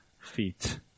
feet